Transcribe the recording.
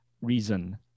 reason